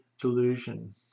delusion